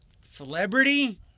celebrity